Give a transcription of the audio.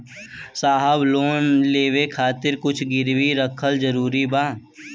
साहब लोन लेवे खातिर कुछ गिरवी रखल जरूरी बा?